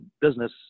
business